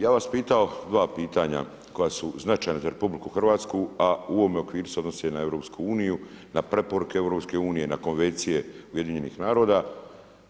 Ja bih vas pitao dva pitanja koja su značajna za RH, a u ovome okviru se odnose i na EU, na preporuke EU, na konvencije UN-a.